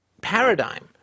paradigm